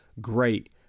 great